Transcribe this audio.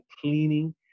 cleaning